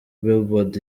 billboard